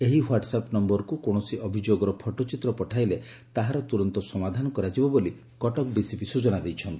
ଏହି ହ୍ୱାଟ୍ଆପ୍ ନ୍ୟରକୁ କୌଣସି ଅଭିଯୋଗର ଫଟୋଚିତ୍ର ପଠାଇଲେ ତାହାର ତୁରନ୍ତ ସମାଧାନ କରାଯିବ ବୋଲି କଟକ ଡିସିପି ସ୍ୟଚନା ଦେଇଛନ୍ତି